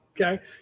Okay